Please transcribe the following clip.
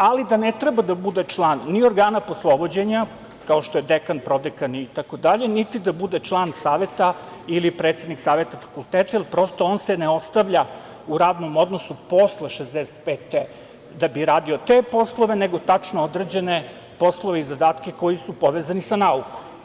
ali da ne treba da bude član ni organa poslovođenja, kao što je dekan, prodekan, itd, niti da bude član saveta ili predsednik saveta fakulteta, jer, prosto, on se ne ostavlja u radnom odnosu posle 65. godine da bi radio te poslove, nego tačno određene poslove i zadatke koji su povezani sa naukom.